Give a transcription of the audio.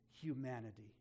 humanity